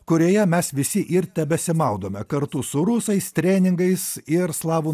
kurioje mes visi ir tebesimaudome kartu su rusais treningais ir slavų